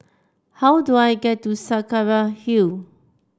how do I get to Saraca Hill